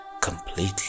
completely